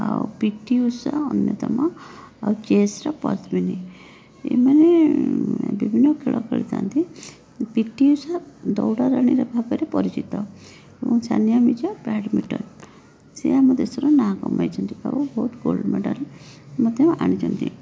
ଆଉ ପିଟି ଉଷା ଅନ୍ଯତମ ଆଉ ଚେସ୍ର ପଦ୍ମିନୀ ଏମାନେ ବିଭିନ୍ନ ଖେଳ ଖେଳିଥାନ୍ତି ପିଟି ଉଷା ଦୌଡ଼ ରାଣୀ ଭାବରେ ପରିଚିତ ଏବଂ ସାନିଆ ମିର୍ଜା ବ୍ୟାଡ଼ମିନ୍ଟ୍ନ୍ ସିଏ ଆମ ଦେଶର ନାଁ କମେଇଛନ୍ତି ଆଉ ବହୁତ ଗୋଲ୍ଡ ମେଡ଼ାଲ୍ ମଧ୍ୟ ଆଣିଛନ୍ତି